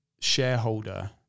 shareholder